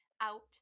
out